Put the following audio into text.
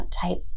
Type